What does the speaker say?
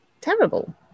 terrible